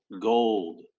gold